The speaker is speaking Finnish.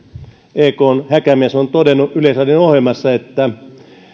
ekn häkämies on todennut yleisradion ohjelmassa että